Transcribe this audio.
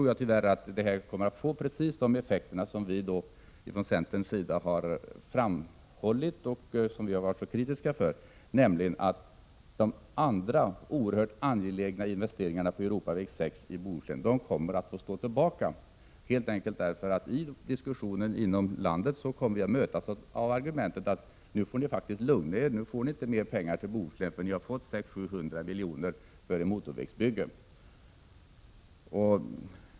Jag tror att detta kommer att få precis de effekter som vi från centerns sida har framhållit och varit så kritiska mot, nämligen att andra oerhört angelägna investeringar som gäller Europaväg 6 i Bohuslän kommer att få stå tillbaka, helt enkelt därför att vi i diskussioner inom landet kommer att mötas av argumentet att vi nu faktiskt får lugna oss och att vi inte får mer pengar till Bohuslän, eftersom vi har fått 600-700 milj.kr. till ett motorvägsbygge.